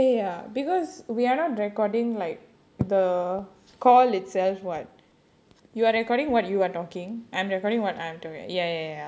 ya ya ya because we are not recording like the call itself what you are recording what you are talking I'm recording what I'm talk~ ya ya ya